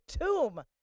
tomb